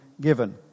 given